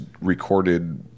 recorded